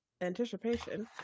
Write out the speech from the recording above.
anticipation